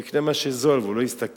הוא יקנה מה שזול והוא לא יסתכל,